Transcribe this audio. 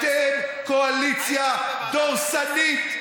אתם קואליציה דורסנית,